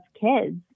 kids